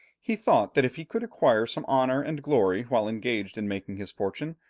he thought that if he could acquire some honour and glory while engaged in making his fortune,